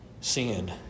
Sin